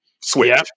switch